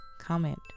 Comment